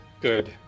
Good